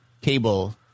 cable